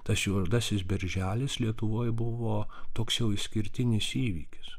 tas juodasis birželis lietuvoj buvo toks jau išskirtinis įvykis